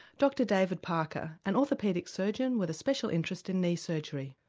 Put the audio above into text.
dr david parker an orthopaedic surgeon with a special interest in knee surgery.